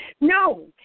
No